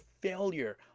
failure